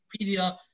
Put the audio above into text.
Wikipedia